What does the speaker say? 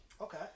Okay